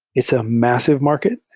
it's a massive market.